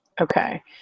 Okay